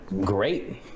great